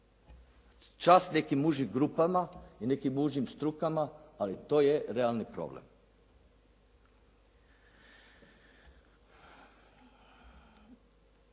Čast nekim užim grupama i nekim užim strukama ali to je realni problem.